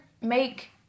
make